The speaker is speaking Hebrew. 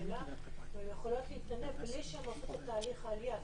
השאלה אם הן יכולות להתנדב בלי שהן עושות את הליך העלייה.